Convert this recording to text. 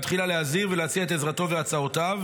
תחילה להזהיר ולהציע את עזרתו והצעותיו,